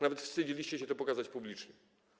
Nawet wstydziliście się to pokazać publicznie.